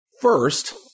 First